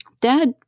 dad